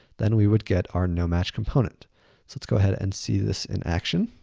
then we would get our nomatch component. so let's go ahead and see this in action.